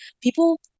People